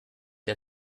der